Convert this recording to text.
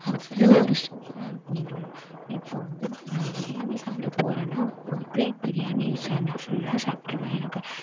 அவ்வளோ ஒரு சூப்பராக இருக்கும் நீங்கள் இப்போ வந்து நான் பிரியாணி சாப்பிட போறேனா ஒரு பிளேட் பிரியாணியை நான் ஃபுல்லாக சாப்பிடுவேன் எனக்கு